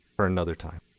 or another time.